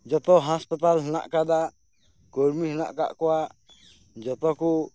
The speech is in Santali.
ᱡᱚᱛᱚ ᱦᱟᱸᱥᱯᱟᱛᱟᱞ ᱦᱮᱱᱟᱜ ᱟᱠᱟᱫᱟ ᱠᱚᱨᱢᱤ ᱦᱮᱱᱟᱜ ᱟᱠᱟᱫ ᱠᱚᱣᱟ ᱡᱚᱛᱚᱠᱚ